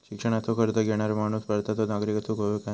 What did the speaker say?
शिक्षणाचो कर्ज घेणारो माणूस भारताचो नागरिक असूक हवो काय?